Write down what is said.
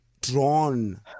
drawn